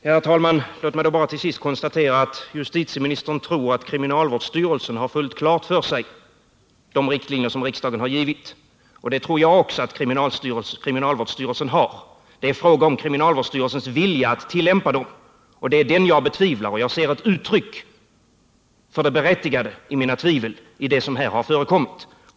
Herr talman! Låt mig då bara till sist konstatera att justitieministern tror att kriminalvårdsstyrelsen har fullt klart för sig vilka riktlinjer som riksdagen har givit. Det tror jag också att kriminalvårdsstyrelsen har. Det är fråga om kriminalvårdsstyrelsens vilja att tillämpa dem, och det är den jag betvivlar. Jag ser ett uttryck för det berättigade i mina tvivel i det som här har förekommit.